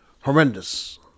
Horrendous